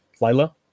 Lila